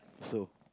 so